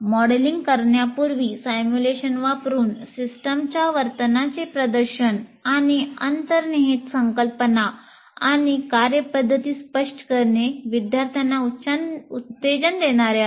modelling करण्यापूर्वी simulation वापरुन सिस्टमच्या वर्तनाचे प्रदर्शन आणि अंतर्निहित संकल्पना आणि कार्यपद्धती स्पष्ट करणे विद्यार्थ्यांना उत्तेजन देणारे आहेत